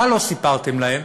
מה לא סיפרתם להם?